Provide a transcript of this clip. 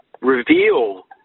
reveal